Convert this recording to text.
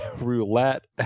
roulette